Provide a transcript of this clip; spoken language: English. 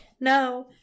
no